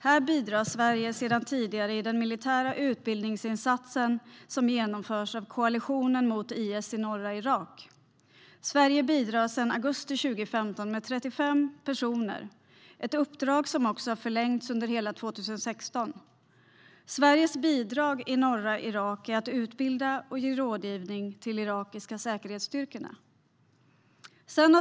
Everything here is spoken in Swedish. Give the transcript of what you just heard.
Här bidrar Sverige sedan tidigare i den militära utbildningsinsats som genomförs av koalitionen mot IS i norra Irak. Sverige bidrar sedan augusti 2015 med 35 personer - ett uppdrag som har förlängts under hela 2016. Sveriges bidrag i norra Irak är att utbilda och ge rådgivning till de irakiska säkerhetsstyrkorna.